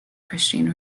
christian